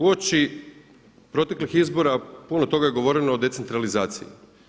Uoči proteklih izbora, puno toga je govoreno o decentralizaciji.